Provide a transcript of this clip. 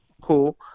Cool